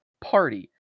party